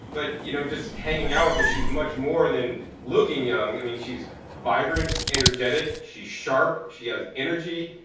but, you know, just hanging out with her, she's much more than looking young. i mean she's vibrant, energetic, she's sharp, she has energy.